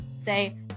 say